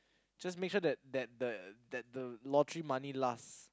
just make sure that that the the that the lottery money lasts